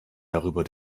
darüber